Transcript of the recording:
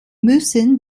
müssen